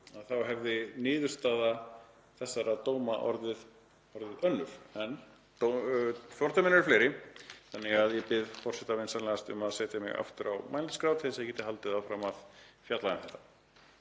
þá hefði niðurstaða þessara dóma orðið önnur. En fordæmin eru fleiri þannig að ég bið forseta vinsamlegast um að setja mig aftur á mælendaskrá til að ég geti haldið áfram að fjalla um þetta.